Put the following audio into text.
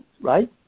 right